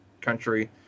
Country